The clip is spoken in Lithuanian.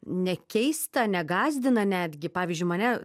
nekeista negąsdina netgi pavyzdžiui mane